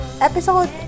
episode